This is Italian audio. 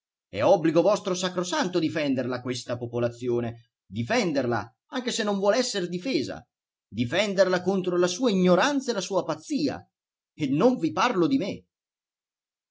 è obbligo vostro sacrosanto difenderla questa popolazione difenderla anche se non vuol esser difesa difenderla contro la sua ignoranza e la sua pazzia e non vi parlo di me